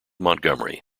montgomery